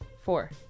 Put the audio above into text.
Four